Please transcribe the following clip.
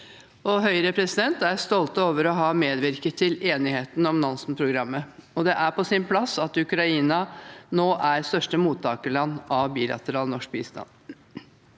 Høyre er stolte over å ha medvirket til enigheten om Nansen-programmet. Det er på sin plass at Ukraina nå er største mottakerland av bilateral norsk bistand.